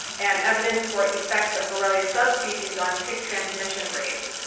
and evidence for effects of borrelia sub-species on tick transmission rates.